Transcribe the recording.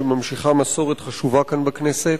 שממשיכה מסורת חשובה כאן בכנסת.